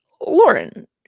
lauren